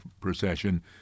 procession